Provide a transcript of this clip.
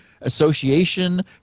association